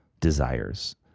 desires